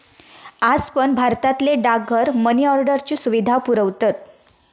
आज पण भारतातले डाकघर मनी ऑर्डरची सुविधा पुरवतत